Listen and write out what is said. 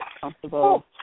comfortable